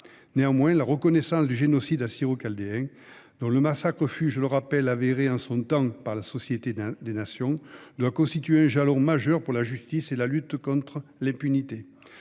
Néanmoins, la reconnaissance du génocide des Assyro-Chaldéens, dont le massacre fut, je le rappelle, avéré en son temps par la Société des Nations (SDN), doit constituer un jalon majeur pour la justice et la lutte contre l'impunité